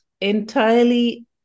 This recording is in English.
entirely